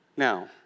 Now